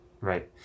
right